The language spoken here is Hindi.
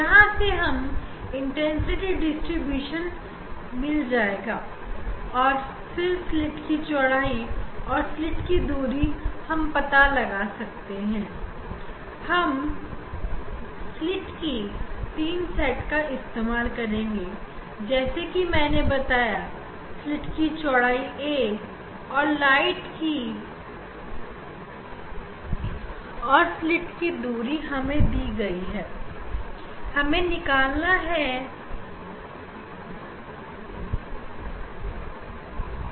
यहां से हमें तीव्रता डिसटीब्यूशन मिल जाएगा और फिर स्लिट की चौड़ाई और स्लिट की दूरी हम पता कर सकते हैं हम डबल स्लिट की 3 सेट का इस्तेमाल करेंगे जैसा कि मैंने बताया स्लिट की चौड़ाई a स्लिट की चौड़ाई जो दिया गया है उसे नोट डाउन कर ले और इस एक्सपेरिमेंट से हम उन्हें निकालेंगे और कंपेयर करेंगे